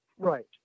Right